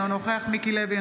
אינו נוכח מיקי לוי,